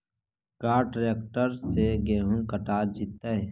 का ट्रैक्टर से गेहूं कटा जितै?